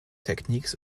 techniques